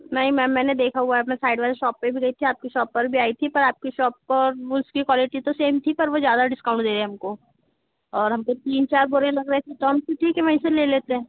नहीं मैम मैंने देखा हुआ है अब मैं साइड वाली शॉप पर भी गई थी आपके शॉप पर भी आई थी पर आपकी शॉप पर उसकी क्वालिटी तो सेम थी पर वह ज़्यादा डिस्काउंट दे रहे हैं हमको और हम तो तीन चार बोरे लग रहे थे तो हम तो ठीक है वहीं से ले लेते